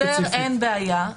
להסבר אין בעיה.